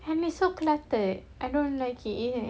and it's so cluttered I don't know it